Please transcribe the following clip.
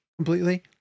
completely